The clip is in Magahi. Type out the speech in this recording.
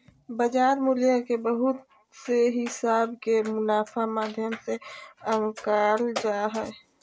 बाजार मूल्य के बहुत से हिसाब के मुनाफा माध्यम से आंकल जा हय